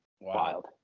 Wild